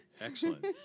Excellent